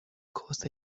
کوس